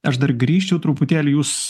aš dar grįžčiau truputėlį jūs